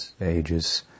ages